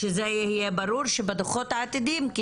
שזה יהיה ברור שבדוחות העתידיים,